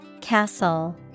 castle